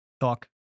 talk